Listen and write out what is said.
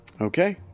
Okay